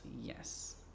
Yes